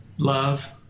Love